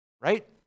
right